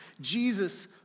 Jesus